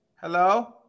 hello